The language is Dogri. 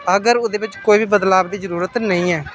अगर ओह्दे बिच्च कोई बी बदलाव दी जरूरत नेईं ऐ